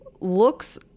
looks